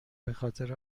بخاطر